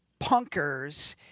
punkers